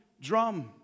drum